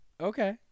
Okay